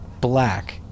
black